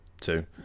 two